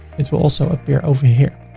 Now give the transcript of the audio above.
it will also appear over here.